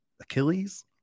Achilles